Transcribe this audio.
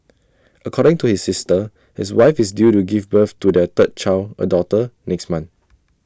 according to his sister his wife is due to give birth to their third child A daughter next month